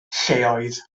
lleoedd